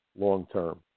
Long-term